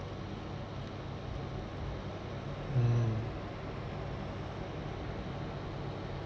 mm